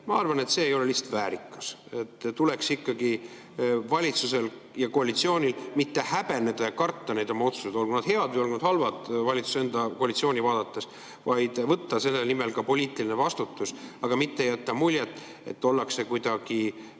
Ma arvan, et see ei ole lihtsalt väärikas. Tuleks ikkagi valitsusel ja koalitsioonil mitte häbeneda ja karta oma otsuseid, olgu need head või halvad valitsuse enda ja koalitsiooni poolt vaadates, vaid võtta selle nimel ka poliitiline vastutus, mitte jätta muljet, et ollakse kuidagi